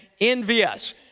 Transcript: envious